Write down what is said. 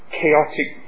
chaotic